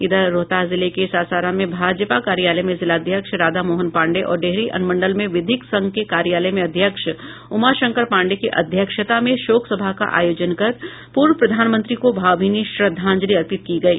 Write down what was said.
इधर रोहतास जिले के सासाराम में भाजपा कार्यालय में जिलाध्यक्ष राधामोहन पांडेय और डेहरी अनुमंडल में विधिक संघ के कार्यालय में अध्यक्ष उमाशंकर पांडेय की अध्यक्षता में शोक सभा का आयोजन कर पूर्व प्रधानमंत्री को भावभीनी श्रद्धांजलि अर्पित की गयी